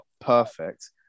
perfect